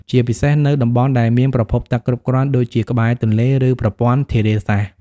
ជាពិសេសនៅតំបន់ដែលមានប្រភពទឹកគ្រប់គ្រាន់ដូចជាក្បែរទន្លេ ឬប្រព័ន្ធធារាសាស្ត្រ។